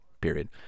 period